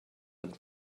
and